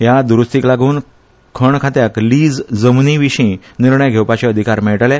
हया दुरूस्तीक लागन खण खात्याक लीज जमनी विशीं निर्णय घेवपाचे अधिकार मेळटले